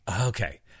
Okay